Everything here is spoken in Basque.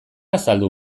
azaldu